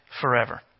forever